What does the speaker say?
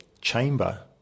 chamber